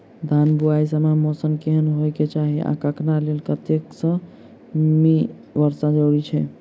धान बुआई समय मौसम केहन होइ केँ चाहि आ एकरा लेल कतेक सँ मी वर्षा जरूरी छै?